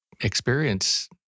experience